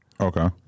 Okay